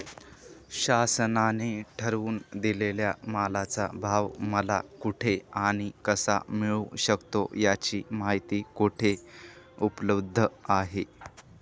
शासनाने ठरवून दिलेल्या मालाचा भाव मला कुठे आणि कसा मिळू शकतो? याची माहिती कुठे उपलब्ध आहे?